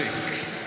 אלק,